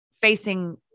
facing